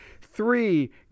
three